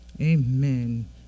amen